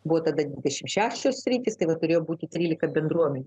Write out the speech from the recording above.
buvo tada trisdešim šešios sritys tai vat turėjo būt trylika bendruomenių